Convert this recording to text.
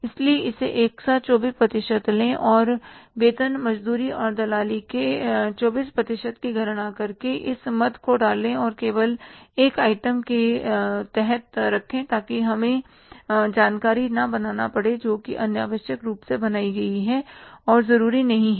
इसलिए इसे एक साथ 24 प्रतिशत लें और वेतन मजदूरी और दलाली के 24 प्रतिशत की गणना करके इस मद को डालें और केवल एक आइटम के तहत रखें ताकि हमें मतलब जानकारी ना बनाना पड़े जो कि अनावश्यक रूप से बनाई गई है और जरूरी नहीं है